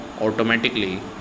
automatically